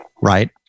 Right